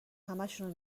همشونو